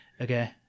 Okay